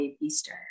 Easter